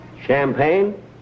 Champagne